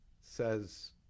says